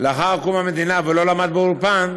לאחר קום המדינה ולא למד באולפן,